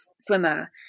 swimmer